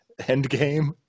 Endgame